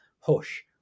Hush